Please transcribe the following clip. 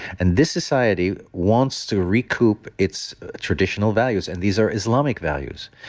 and this society wants to recoup its traditional values, and these are islamic values.